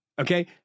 okay